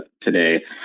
today